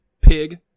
pig